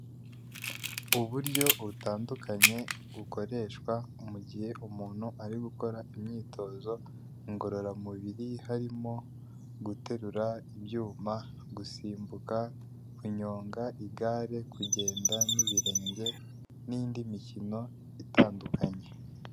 Uburyo butandukanye bukoreshwa mu gihe umuntu ari gukora imyitozo ngororamubiri harimo guterura ibyuma, gusimbuka, kunyonga igare kugenda n'ibirenge n'indi mikino itandukanye.